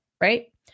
right